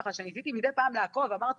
אמרתי: